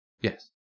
Yes